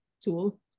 tool